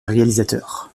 réalisateur